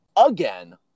Again